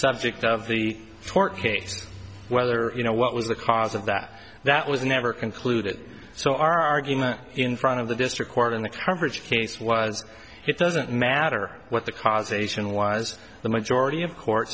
subject of the tort case whether you know what was the cause of that that was never concluded so our argument in front of the district court in the coverage case was it doesn't matter what the cause ation was the majority of court